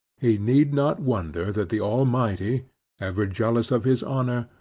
he need not wonder, that the almighty ever jealous of his honor,